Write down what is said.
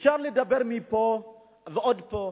אפשר לדבר מפה ועד פה.